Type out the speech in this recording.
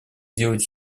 делать